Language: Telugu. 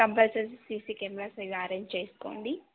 కంపల్సరీ సిసీ కెమెరాస్ మీరు అరేంజ్ చేసుకోండి